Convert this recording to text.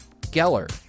Geller